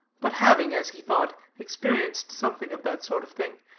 but having, as he thought, experienced something of that sort of thing,